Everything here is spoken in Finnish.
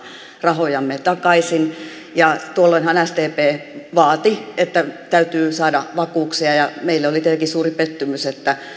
rahojamme takaisin tuolloinhan sdp vaati että täytyy saada vakuuksia ja meille oli tietenkin suuri pettymys että